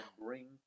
bring